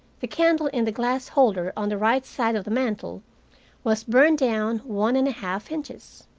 the candle in the glass holder on the right side of the mantel was burned down one and one-half inches.